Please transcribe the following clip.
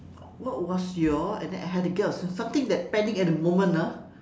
what was your and then I had to get out of something that panic at the moment ah